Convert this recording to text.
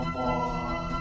more